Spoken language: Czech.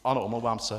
Ano, omlouvám se.